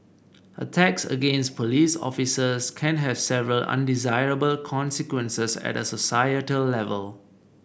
attacks against police officers can have several undesirable consequences at a societal level